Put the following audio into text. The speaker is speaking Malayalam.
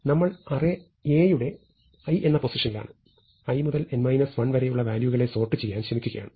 നമ്മൾ അറേ A യുടെ i എന്ന പൊസിഷനിലാണ് i മുതൽ n 1 വരെയുള്ള വാല്യൂകളെ സോർട്ട് ചെയ്യാൻ ശ്രമിക്കുകയാണ്